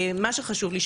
מה שחשוב לי,